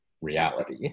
reality